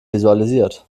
visualisiert